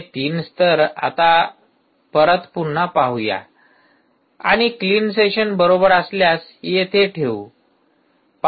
हे तीन स्तर आता परत पुन्हा पाहू या आणि क्लीन सेशन बरोबर असल्यास येथे ठेवू